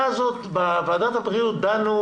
בוועדת הבריאות דנו